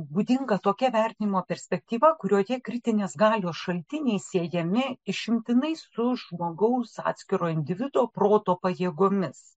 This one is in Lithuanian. būdinga tokia vertinimo perspektyva kurioje kritinės galios šaltiniai siejami išimtinai su žmogaus atskiro individo proto pajėgomis